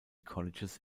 colleges